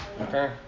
Okay